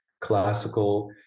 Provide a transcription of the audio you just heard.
classical